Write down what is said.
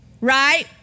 Right